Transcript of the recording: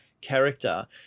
character